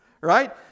Right